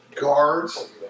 guards